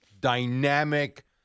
dynamic